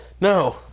No